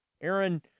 Aaron